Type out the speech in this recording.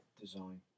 design